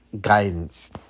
guidance